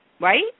right